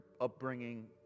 upbringing